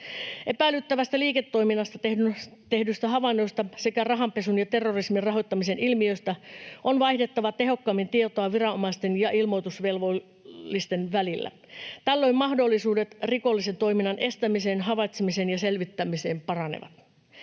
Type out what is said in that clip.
Epäilyttävästä liiketoiminnasta tehdyistä havainnoista sekä rahanpesun ja terrorismin rahoittamisen ilmiöistä on vaihdettava tehokkaammin tietoa viranomaisten ja ilmoitusvelvollisten välillä. Tällöin mahdollisuudet rikollisen toiminnan estämiseen, havaitsemiseen ja selvittämiseen paranevat.